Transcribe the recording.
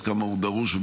עד כמה הוא דרוש,